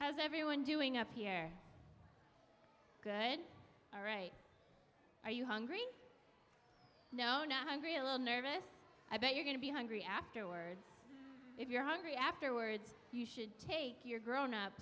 has everyone doing up here all right are you hungry no not hungry a little nervous i bet you're going to be hungry afterwards if you're hungry afterwards you should take your grown up